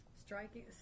striking